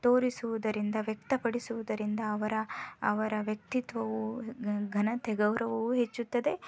ತೋರಿಸುವುದರಿಂದ ವ್ಯಕ್ತಪಡಿಸುವುದರಿಂದ ಅವರ ಅವರ ವ್ಯಕ್ತಿತ್ವವು ಘನತೆ ಗೌರವವೂ ಹೆಚ್ಚುತ್ತದೆ